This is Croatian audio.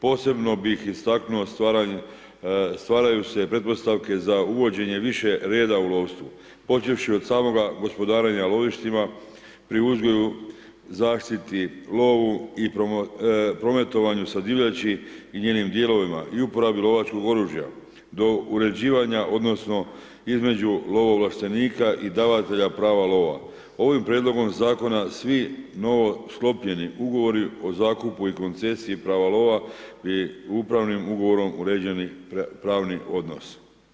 Posebno bih istaknuo, stvaraju se pretpostavke za uvođenje više reda u lovstvu počevši od samoga gospodarenja lovištima pri uzgoju, zaštiti, lovu i prometovanju sa divljači i njenim dijelovima i upravljanju lovačkog oružja do uređivanja odnosno između lovoovlaštenika i davatelja prava lova ovim prijedlogom zakona svi novosklopljeni ugovori o zakupu i koncesiji prava lova i upravnim ugovorom, uređeni pravni odnos.